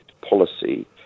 policy